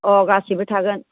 अह गासिबो थागोन